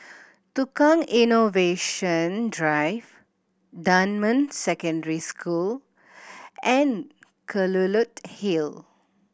Tukang Innovation Drive Dunman Secondary School and Kelulut Hill